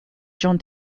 john